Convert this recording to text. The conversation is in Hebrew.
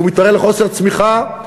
והוא מתעורר לחוסר צמיחה.